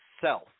Self